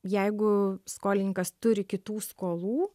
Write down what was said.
jeigu skolininkas turi kitų skolų